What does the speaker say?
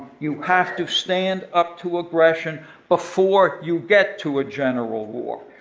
you have to stand up to aggression before you get to ah general war.